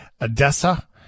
Odessa